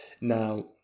Now